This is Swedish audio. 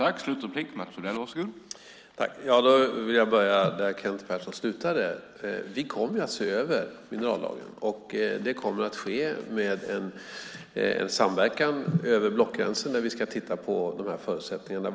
Herr talman! Jag vill börja där Kent Persson slutade. Vi kommer att se över minerallagen, och det kommer att ske med samverkan över blockgränsen, där vi ska titta på förutsättningarna.